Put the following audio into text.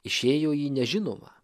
išėjo į nežinomą